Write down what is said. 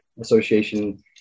association